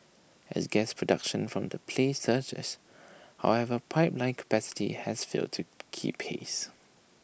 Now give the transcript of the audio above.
as gas production from the play surges however pipeline capacity has failed to keep pace